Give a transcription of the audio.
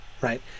right